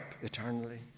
eternally